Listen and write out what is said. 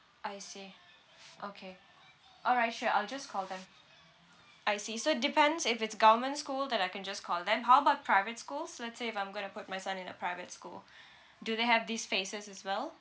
I see okay all right sure I'll just call them I see so depends if it's government school then I can just call them how about private schools let's say if I'm going to put my son in a private school do they have these phases as well